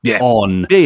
on